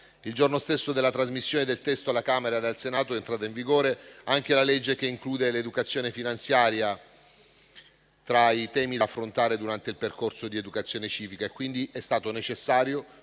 Il giorno stesso della trasmissione del testo dalla Camera al Senato è entrata in vigore anche la legge che include l'educazione finanziaria tra i temi da affrontare durante il percorso di educazione civica. Quindi, è stato necessario